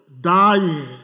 dying